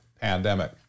pandemic